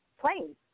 planes